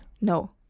no